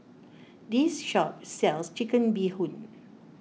this shop sells Chicken Bee Hoon